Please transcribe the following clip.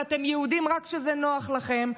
ואתם יהודים רק כשזה נוח לכם,